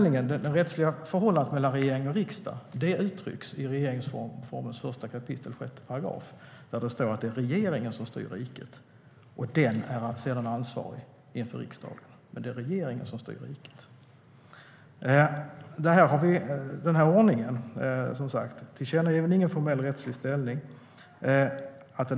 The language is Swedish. Det rättsliga förhållandet mellan regering och riksdag uttrycks i regeringsformens 1 kap. 6 § där det står att det är regeringen som styr riket, och den är sedan ansvarig inför riksdagen. Men det är regeringen som styr riket. Tillkännagivanden har ingen formell rättslig ställning.